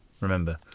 Remember